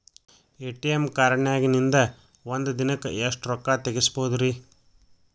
ATM ಕಾರ್ಡ್ನ್ಯಾಗಿನ್ದ್ ಒಂದ್ ದಿನಕ್ಕ್ ಎಷ್ಟ ರೊಕ್ಕಾ ತೆಗಸ್ಬೋದ್ರಿ?